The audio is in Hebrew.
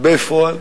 בפועל,